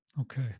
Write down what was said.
okay